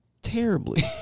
Terribly